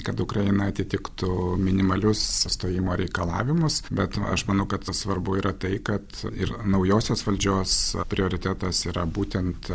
kad ukraina atitiktų minimalius stojimo reikalavimus bet aš manau kad svarbu yra tai kad ir naujosios valdžios prioritetas yra būtent